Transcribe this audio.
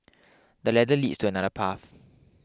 the ladder leads to another path